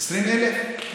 20,000 הגישו,